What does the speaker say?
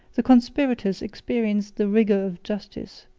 the conspirators experienced the rigor of justice,